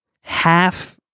half